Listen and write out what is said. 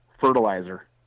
fertilizer